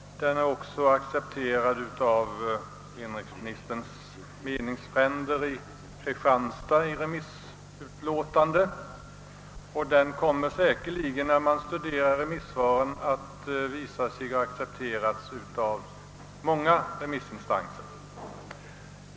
Denna lösning har också accepterats av inrikesministerns meningsfränder i Kristianstad i remissutlåtande, och när man studerar övriga remissvar kommer det säkerligen att visa sig att även många andra instanser accepterat denna lösning.